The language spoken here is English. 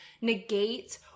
negate